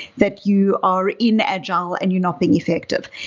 that you are inagile and you're not being effective.